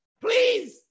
Please